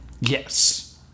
Yes